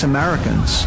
Americans